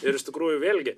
ir iš tikrųjų vėl gi